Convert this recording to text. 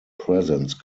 presence